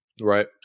Right